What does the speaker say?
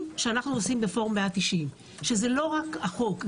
שאנחנו עושים בפורום 190. זה לא רק החוק,